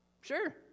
Sure